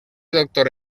doctor